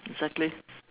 exactly